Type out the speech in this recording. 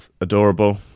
adorable